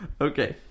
Okay